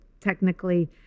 technically